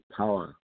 power